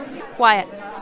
quiet